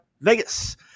Vegas